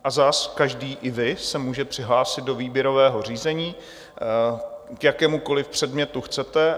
A zas každý, i vy, se může přihlásit do výběrového řízení, k jakémukoli předmětu chcete.